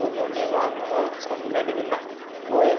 ஒன்று ஒன்றையும் வாங்கணும் அப்புறமேட்டுக்கு என்ன ஓயஸ்